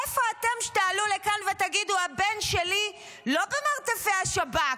איפה אתם שתעלו לכאן ותגידו: הבן שלי לא במרתפי השב"כ,